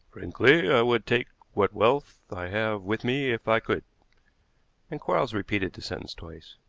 frankly i would take what wealth i have with me if i could and quarles repeated the sentence twice.